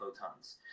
photons